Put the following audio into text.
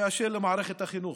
במערכת החינוך.